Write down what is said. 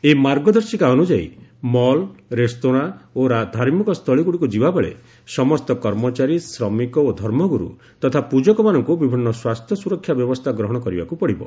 ଏହି ମାର୍ଗଦର୍ଶିକା ଅନୁଯାୟୀ ମଲ୍ ରେସ୍ତୋରାଁ ଓ ଧାର୍ମିକସ୍ଥଳୀଗୁଡ଼ିକୁ ଯିବାବେଳେ ସମସ୍ତ କର୍ମଚାରୀ ଶ୍ରମିକ ଓ ଧର୍ମଗୁରୁ ତଥା ପୂଜକମାନଙ୍କୁ ବିଭିନ୍ନ ସ୍ୱାସ୍ଥ୍ୟ ସୁରକ୍ଷା ବ୍ୟବସ୍ଥା ଗ୍ରହଣ କରିବାକୁ ପଡ଼ିବ